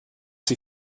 sie